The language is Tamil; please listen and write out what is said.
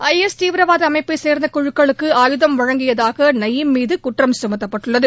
ஐஎஸ் தீவிரவாத அமைப்பை சேர்ந்த குழுக்களுக்கு ஆயுதம் வழங்கியதாக நயிம் மீது குற்றம் சுமத்தப்பட்டுள்ளது